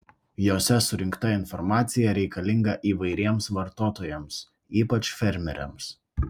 jose surinkta informacija reikalinga įvairiems vartotojams ypač fermeriams